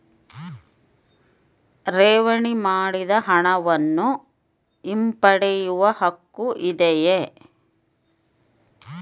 ಠೇವಣಿ ಮಾಡಿದ ಹಣವನ್ನು ಹಿಂಪಡೆಯವ ಹಕ್ಕು ಇದೆಯಾ?